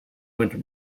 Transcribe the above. winter